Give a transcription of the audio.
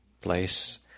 place